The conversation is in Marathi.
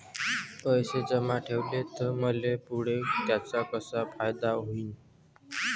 पैसे जमा ठेवले त मले पुढं त्याचा कसा फायदा होईन?